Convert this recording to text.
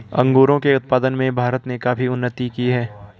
अंगूरों के उत्पादन में भारत ने काफी उन्नति की है